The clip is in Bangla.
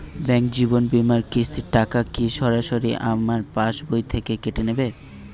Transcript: ব্যাঙ্ক জীবন বিমার কিস্তির টাকা কি সরাসরি আমার পাশ বই থেকে কেটে নিবে?